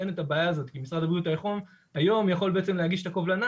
כי משרד הבריאות היום יכול בעצם להגיש את הקובלנה